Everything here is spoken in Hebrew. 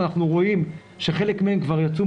ואנחנו רואים שחלק מהן יצאו,